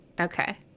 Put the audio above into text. Okay